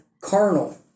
carnal